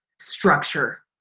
structure